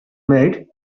mate